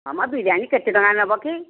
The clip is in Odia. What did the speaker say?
ହଁ ମ ବିରିୟାନୀ କେତେ ଟଙ୍କା ନେବ କି